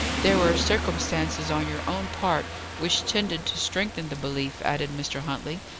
there were circumstances on your own part which tended to strengthen the belief, added mr. huntley,